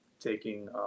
taking